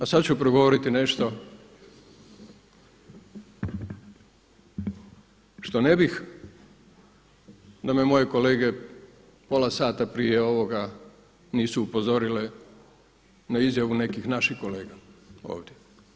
A sada ću progovoriti nešto što ne bih da me moji kolege pola sata prije ovoga nisu upozorile na izjavu nekih naših kolega ovdje.